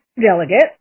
delegate